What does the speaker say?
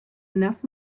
enough